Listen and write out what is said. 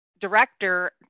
director